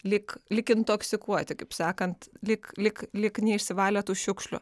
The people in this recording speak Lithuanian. lyg lyg intoksikuoti kaip sakant lyg lyg lyg neišsivalę tų šiukšlių